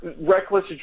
reckless